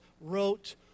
wrote